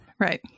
Right